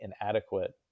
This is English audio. inadequate